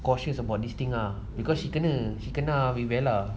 cautious about this thing ah because she kena she kena with bella